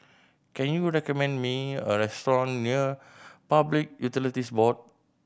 can you recommend me a restaurant near Public Utilities Board